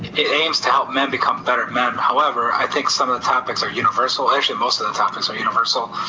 it aims to help men become better men. however, i think some of the topics are universal, actually most of the topics are universal.